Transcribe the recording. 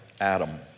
Adam